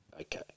Okay